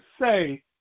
say